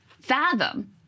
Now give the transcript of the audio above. fathom